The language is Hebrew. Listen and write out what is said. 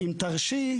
אם תרשי,